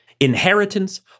Inheritance